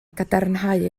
gadarnhau